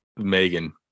megan